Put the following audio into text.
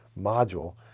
module